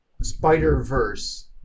Spider-Verse